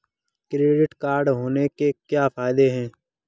Credit card होने के क्या फायदे हैं?